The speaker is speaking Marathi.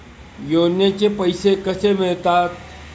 योजनेचे पैसे कसे मिळतात?